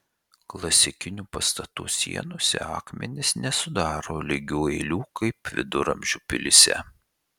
klasikinių pastatų sienose akmenys nesudaro lygių eilių kaip viduramžių pilyse